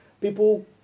people